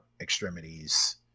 extremities